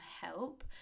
help